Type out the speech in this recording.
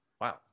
wow